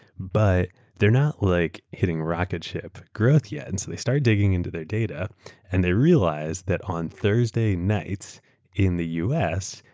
but they're not like hitting a rocket ship growth yet. and so they started digging into their data and they realized that on thursday nights in the us,